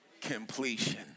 Completion